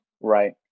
Right